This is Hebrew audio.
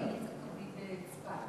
תמיד לצפת,